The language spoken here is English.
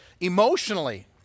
emotionally